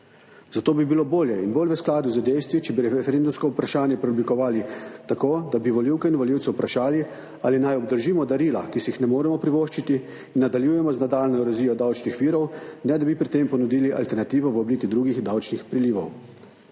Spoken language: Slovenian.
Zato bi bilo bolje in bolj v skladu z dejstvi, če bi referendumsko vprašanje preoblikovali tako, da bi volivke in volivce vprašali, ali naj obdržimo darila, ki si jih ne moremo privoščiti, in nadaljujemo z nadaljnjo erozijo davčnih virov, ne da bi pri tem ponudili alternativo v obliki drugih davčnih prilivov.